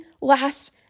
last